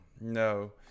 no